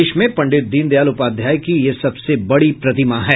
देश में पंडित दीनदयाल उपाध्याय की यह सबसे बड़ी प्रतिमा है